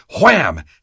Wham